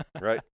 right